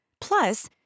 Plus